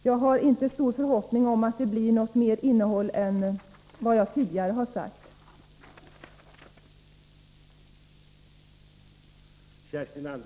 Jag har inte stor förhoppning om att få bättre besked än de som jag tidigare har pekat på.